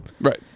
Right